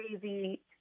crazy